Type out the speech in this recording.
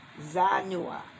Zanua